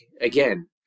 again